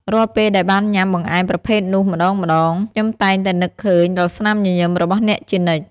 រាល់ពេលដែលបានញ៉ាំបង្អែមប្រភេទនោះម្ដងៗ ខ្ញុំតែងតែនឹកឃើញដល់ស្នាមញញឹមរបស់អ្នកជានិច្ច។